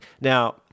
Now